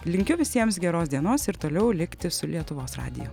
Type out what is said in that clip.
linkiu visiems geros dienos ir toliau likti su lietuvos radiju